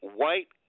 white